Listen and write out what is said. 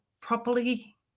properly